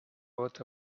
earth